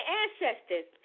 ancestors